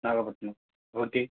Nagapattinam okay